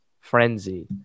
frenzy